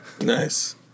Nice